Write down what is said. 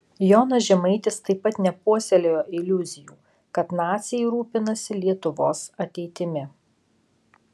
jonas žemaitis taip pat nepuoselėjo iliuzijų kad naciai rūpinasi lietuvos ateitimi